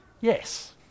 Yes